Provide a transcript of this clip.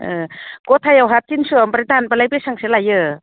गथायावहाय तिनस' ओमफाय दानब्लालाय बेसेबांसो लायो